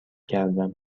کردم